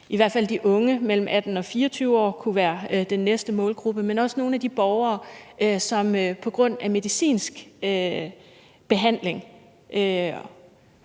i hvert fald de unge mellem 18 og 24 år kunne være den næste målgruppe, men også nogle af de borgere, som på grund af medicinsk behandling